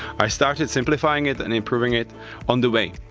i started simplifying it and improving it on the way.